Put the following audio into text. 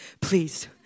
please